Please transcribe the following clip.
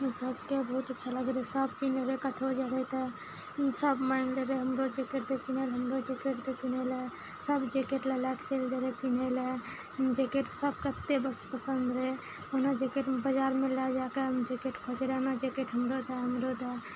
सबके बहुत अच्छा लागै रहै सब पहिरै रहै कतौ जाय रहै तऽ सब माॅंगि लै रहै हमरो जेकेट दे पहिरै लए हमरो जेकेट दे पहिरै लए सभ जेकेट लए लए कऽ चलि गेलै पहिरै लए जेकेट सभ कतेक बस पसन्द रहै ओना जेकेट बजारमे लए जाकऽ जेकेट खोजै रहै ओना जेकेट हमरो दए हमरो दए